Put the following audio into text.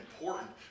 important